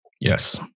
Yes